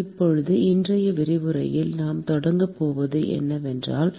இப்போது இன்றைய விரிவுரையில் நாம் தொடங்கப் போவது என்னவென்றால்